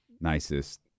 nicest